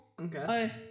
Okay